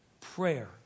Prayer